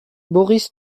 boris